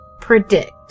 predict